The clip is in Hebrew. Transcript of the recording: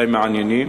די מעניינים.